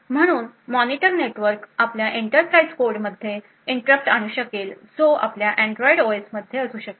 म्हणूनच monitor network आपल्या enterprised कोडमध्ये इंटरप्ट आणू शकेल जो आपल्या अँड्रॉइड ओएस मध्ये असू शकेल